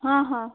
ହଁ ହଁ